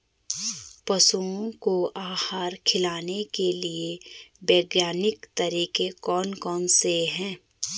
पशुओं को आहार खिलाने के लिए वैज्ञानिक तरीके कौन कौन से हैं?